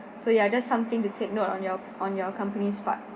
so ya just something to take note on your on your company's part